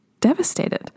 Devastated